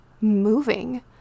moving